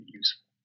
useful